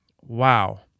Wow